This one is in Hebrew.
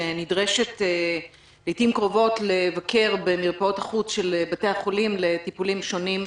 שנדרשת לעתים קרובות לבקר במרפאות החוץ של בתי החולים לטיפולים שונים.